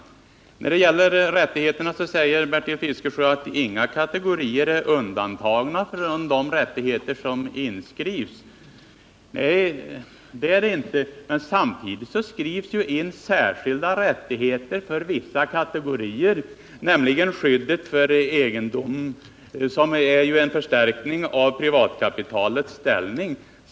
När det gäller frioch rättigheterna säger Bertil Fiskesjö att inga kategorier är undantagna från de frioch rättigheter som inskrivs i lagen. Nej, men samtidigt skrivs det in särskilda rättigheter för vissa kategorier, nämligen skyddet för egendom. Det är ju en förstärkning av privatkapitalets ställning.